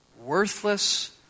worthless